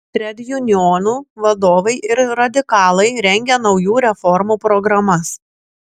tredjunionų vadovai ir radikalai rengė naujų reformų programas